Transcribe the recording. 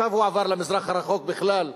ועכשיו הוא עבר למזרח הרחוק בכלל.